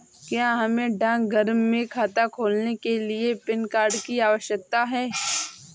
क्या हमें डाकघर में खाता खोलने के लिए पैन कार्ड की आवश्यकता है?